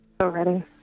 already